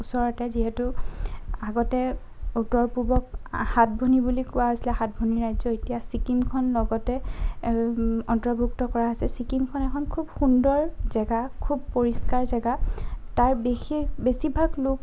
ওচৰতে যিহেতু আগতে উত্তৰ পূবক সাতভনী বুলি কোৱা হৈছিলে সাতভনীৰ ৰাজ্য এতিয়া ছিকিমখন লগতে অন্তৰ্ভুক্ত কৰা হৈছে ছিকিমখন এখন খুব সুন্দৰ জেগা খুব পৰিষ্কাৰ জেগা তাৰ বিশেষ বেছিভাগ লোক